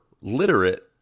literate